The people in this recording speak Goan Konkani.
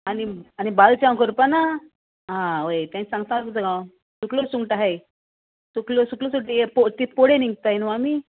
आनी आनी बालचाव करपा ना आं वय तें सांगता तुमका सुकलो सुंगटा हाय सुकल्यो सुकल्यो सुट हे पोडे निकताय न्हू आमी